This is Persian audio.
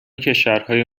کشورهای